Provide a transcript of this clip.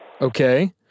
Okay